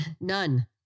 None